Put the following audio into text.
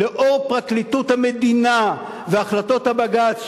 לאור פרקליטות המדינה והחלטות הבג"ץ,